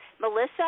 Melissa